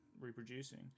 reproducing